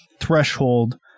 Threshold